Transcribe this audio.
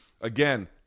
Again